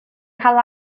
cael